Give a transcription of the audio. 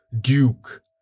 Duke